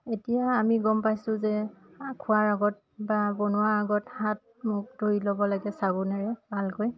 এতিয়া আমি গম পাইছোঁ যে খোৱাৰ আগত বা বনোৱাৰ আগত হাত মুখ ধুই ল'ব লাগে চাবোনেৰে ভালকৈ